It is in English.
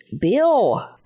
bill